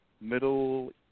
Middle